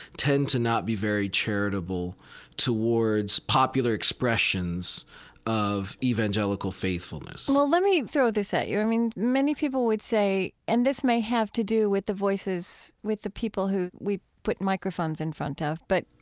tend to not be very charitable towards popular expressions of evangelical faithfulness well, let me throw this at you. i mean, many people would say and this may have to do with the voices with the people who we put microphones in front of but,